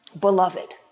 beloved